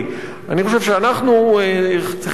אני חושב שאנחנו צריכים להיות מאוד